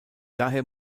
daher